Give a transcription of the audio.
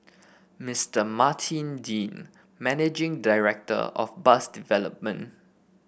Mister Martin Dean managing director of bus development